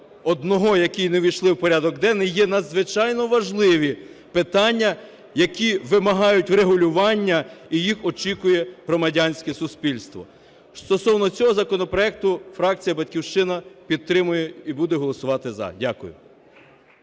тих 81, які не увійшли в порядок денний, є надзвичайно важливі питання, які вимагають врегулювання, і їх очікує громадянське суспільство. Стосовно цього законопроекту фракція "Батьківщина" підтримує і буде голосувати "за". Дякую.